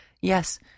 Yes